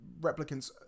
replicants